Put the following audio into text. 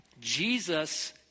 Jesus